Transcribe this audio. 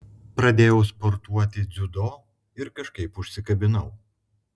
pradėjau sportuoti dziudo ir kažkaip užsikabinau